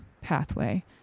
pathway